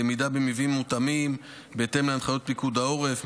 למידה במבנים מותאמים בהתאם להנחיות פיקוד העורף,